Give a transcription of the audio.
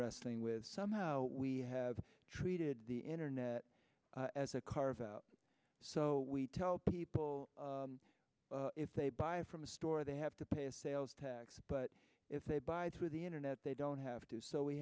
wrestling with some how we have treated the internet as a car so we tell people if they buy from a store they have to pay a sales tax but if they buy through the internet they don't have to so we